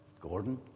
Gordon